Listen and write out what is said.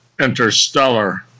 Interstellar